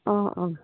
অঁ অঁ